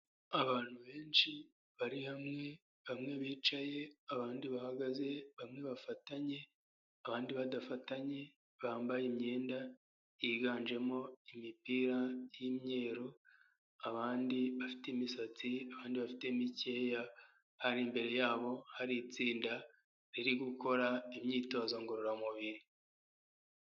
Abantu benshi bari hamwe bamwe bicaye abandi bahagaze bamwe bafatanye abandi badafatanye, bambaye imyenda yiganjemo imipira y'imyeru abandi bafite imisatsi, abandi bafite mikeya hari imbere yabo hari itsinda riri gukora imyitozo ngororamubiri.